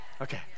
okay